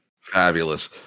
Fabulous